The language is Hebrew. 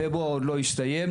פברואר עוד לא הסתיים,